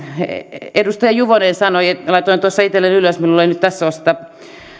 edustaja juvonen sanoi laitoin tuossa itselleni ylös minulla ei nyt tässä ole sitä